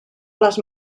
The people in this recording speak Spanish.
las